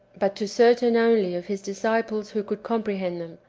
but to certain only of his disciples who could comprehend them,